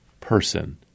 person